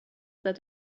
that